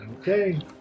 Okay